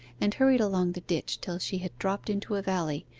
and hurried along the ditch till she had dropped into a valley,